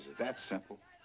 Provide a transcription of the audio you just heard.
that simple?